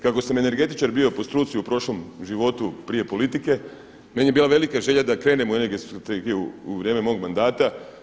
Kako sam energetičar bio po struci u prošlom životu prije politike, meni je bila velika želja da krenemo u Energetsku strategiju u vrijeme mog mandata.